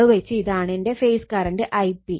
അളവ് വെച്ച് ഇതാണ് എന്റെ ഫേസ് കറണ്ട് Ip